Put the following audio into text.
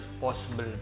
possible